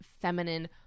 feminine